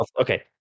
Okay